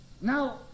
Now